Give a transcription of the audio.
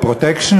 או "פרוטקשן",